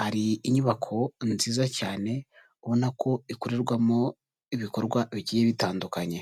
hari inyubako nziza cyane, ubona ko ikorerwamo ibikorwa bigiye bitandukanye.